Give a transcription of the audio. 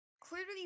Clearly